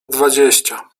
dwadzieścia